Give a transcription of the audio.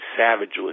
savagely